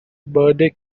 birthday